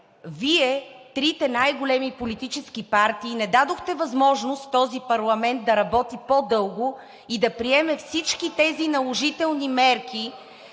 Вие, трите най-големи политически партии, не дадохте възможност този парламент да работи по-дълго и да приеме всичките тези наложителни мерки,